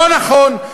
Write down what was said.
לא נכון,